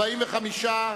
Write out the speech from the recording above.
45,